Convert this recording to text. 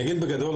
אני אגיד בגדול,